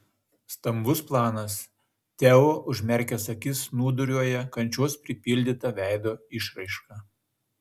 stambus planas teo užmerkęs akis snūduriuoja kančios pripildyta veido išraiška